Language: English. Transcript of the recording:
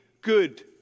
good